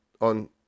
on